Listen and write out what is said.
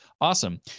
Awesome